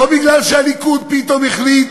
לא מכיוון שהליכוד פתאום החליט